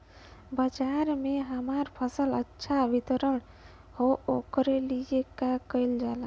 बाजार में हमार फसल अच्छा वितरण हो ओकर लिए का कइलजाला?